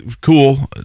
cool